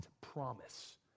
promise